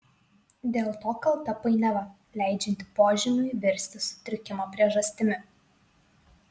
dėl to kalta painiava leidžianti požymiui virsti sutrikimo priežastimi